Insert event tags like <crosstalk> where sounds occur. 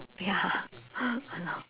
ya <laughs> ya lor